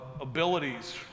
abilities